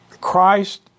Christ